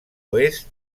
oest